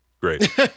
great